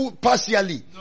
partially